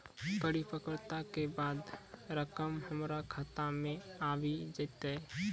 परिपक्वता के बाद रकम हमरा खाता मे आबी जेतै?